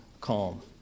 calm